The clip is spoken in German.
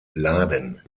laden